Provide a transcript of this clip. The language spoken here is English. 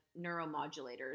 neuromodulators